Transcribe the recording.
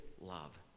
love